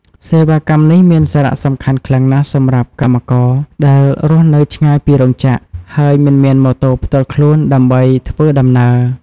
សេវាកម្មនេះមានសារៈសំខាន់ខ្លាំងណាស់សម្រាប់កម្មករដែលរស់នៅឆ្ងាយពីរោងចក្រ ហើយមិនមានម៉ូតូផ្ទាល់ខ្លួនដើម្បីធ្វើដំណើរ។